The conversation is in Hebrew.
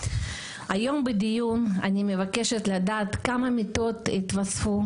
היום בדיון אני מבקשת לדעת כמה מיטות התווספו,